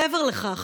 מעבר לכך,